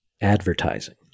advertising